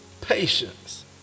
patience